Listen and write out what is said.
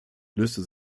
löste